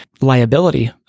liability